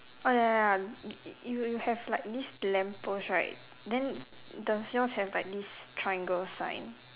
oh ya ya y~ you have like this lamp post right then the sales have like this triangle sign